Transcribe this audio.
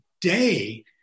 day